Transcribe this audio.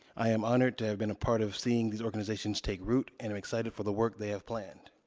i am honored to have been a part of seeing these organizations take root and i'm excited for the work they have planned.